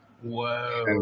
Whoa